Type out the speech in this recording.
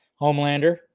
Homelander